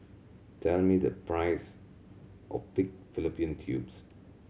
tell me the price of pig fallopian tubes